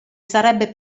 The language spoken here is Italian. sarebbe